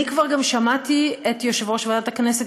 אני כבר גם שמעתי את יושב-ראש ועדת הכנסת